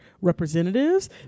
representatives